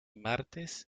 martes